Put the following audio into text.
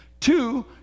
Two